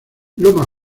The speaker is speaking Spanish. loma